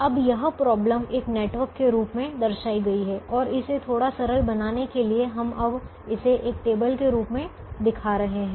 अब यह समस्या एक नेटवर्क के रूप में दर्शाई गई है और इसे थोड़ा सरल बनाने के लिए हम अब इसे एक टेबल के रूप में दिखा रहे हैं